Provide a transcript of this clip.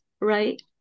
right